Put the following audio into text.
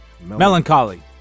Melancholy